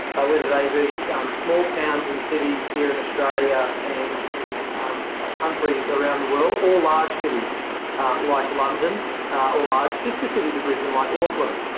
whether they be small towns and cities here in australia and in countries around the world, or large cities like london, or large sister cities of brisbane like auckland.